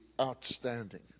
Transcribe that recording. outstanding